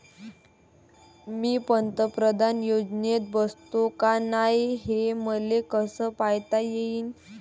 मी पंतप्रधान योजनेत बसतो का नाय, हे मले कस पायता येईन?